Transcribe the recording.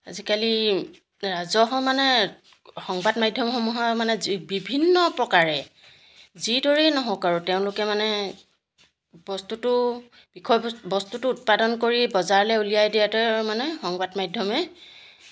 আজিকালি ৰাজহ মানে সংবাদ মাধ্যমসমূহৰ মানে বিভিন্ন প্ৰকাৰে যিদৰেই নহওক আৰু তেওঁলোকে মানে বস্তুটো বিষয়বস্তুটো উৎপাদন কৰি বজাৰলৈ উলিয়াই দিয়াতেই মানে সংবাদ মাধ্যমে